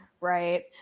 Right